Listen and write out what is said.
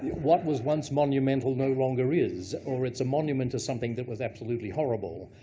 what was once monumental no longer is, or it's a monument to something that was absolutely horrible.